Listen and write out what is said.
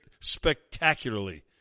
spectacularly